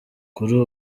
kuri